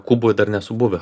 kuboj dar nesu buvę